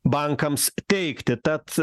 bankams teikti tad